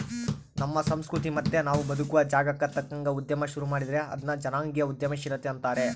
ನಮ್ಮ ಸಂಸ್ಕೃತಿ ಮತ್ತೆ ನಾವು ಬದುಕುವ ಜಾಗಕ್ಕ ತಕ್ಕಂಗ ಉದ್ಯಮ ಶುರು ಮಾಡಿದ್ರೆ ಅದನ್ನ ಜನಾಂಗೀಯ ಉದ್ಯಮಶೀಲತೆ ಅಂತಾರೆ